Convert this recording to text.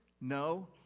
No